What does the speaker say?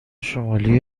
شمالی